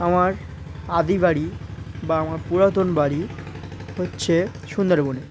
আমার আদি বাড়ি বা আমার পুরাতন বাড়ি হচ্ছে সুন্দরবনে